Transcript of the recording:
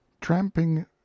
tramping